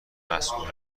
مسئول